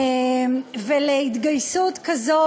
ולהתגייסות כזו.